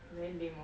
very lame lor